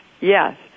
Yes